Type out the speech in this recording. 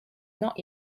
not